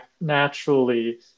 naturally